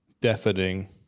deafening